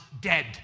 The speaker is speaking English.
dead